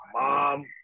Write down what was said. mom